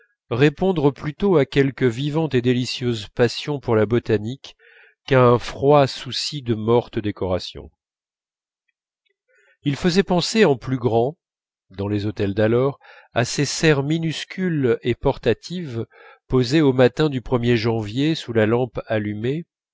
répondre plutôt à quelque vivante et délicieuse passion pour la botanique qu'à un froid souci de morne décoration il faisait penser en plus grand dans les hôtels d'alors à ces serres minuscules et portatives posées au matin du er janvier sous la lampe allumée